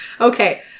Okay